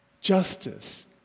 justice